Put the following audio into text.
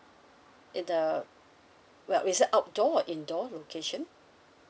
in the well is it outdoor or indoor location